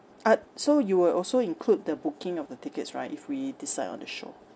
uh so you will also include the booking of the tickets right if we decide on the show